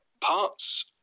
Parts